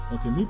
Okay